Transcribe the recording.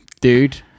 dude